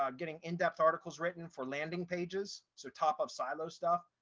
um getting in depth articles written for landing pages, so top of silo stuff,